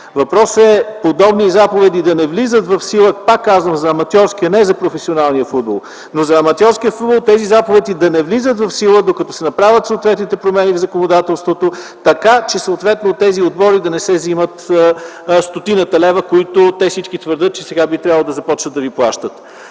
Въпросът е подобни заповеди да не влизат в сила, пак казвам, за аматьорския, а не за професионалния футбол. За аматьорския футбол тези заповеди да не влизат в сила, докато се направят съответните промени в законодателството, така че съответно от тези отбори да не се вземат стотината лева, които те всички твърдят, че сега би трябвало да започват да заплащат.